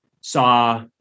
saw